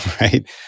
right